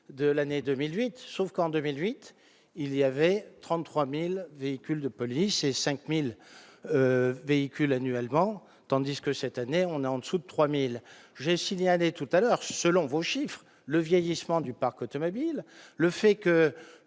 de l'année 2008, sauf qu'en 2008, il y avait 33000 véhicules de police, et 5000 véhicules annuellement. Tandis que cette année on est en dessous de 3000 j'ai signalé tout à l'heure, selon vos chiffres, le vieillissement du parc automobile, le fait que